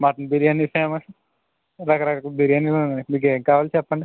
mutton biryani famous రకరకాల బిర్యానీలు ఉన్నాయి మీకేం కావాలి చెప్పండి